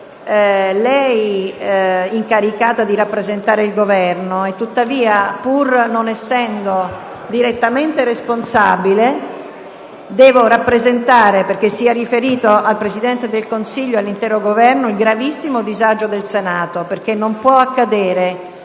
lei incaricata di rappresentare il Governo. Tuttavia, pur non essendo lei direttamente responsabile, devo rappresentarle, perché sia riferito al Presidente del Consiglio e all'intero Governo, il gravissimo disagio del Senato, perché non può accadere,